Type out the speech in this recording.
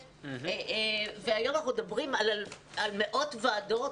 היום אנחנו מדברים על מאות ועדות,